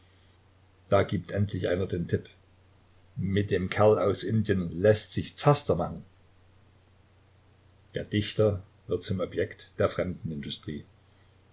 da gibt endlich einer den tip mit dem kerl aus indien läßt sich zaster machen der dichter wird zum objekt der fremdenindustrie